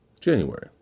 January